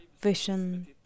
vision